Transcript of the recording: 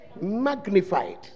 Magnified